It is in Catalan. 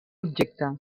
objecte